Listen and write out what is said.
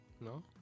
no